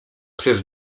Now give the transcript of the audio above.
przez